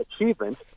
achievement –